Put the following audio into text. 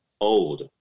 old